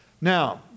Now